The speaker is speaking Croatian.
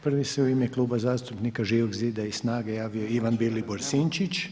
Prvi se u ime Kluba zastupnika Živog zida i SNAGA-e javio Ivan Vilibor Sinčić.